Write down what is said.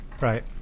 right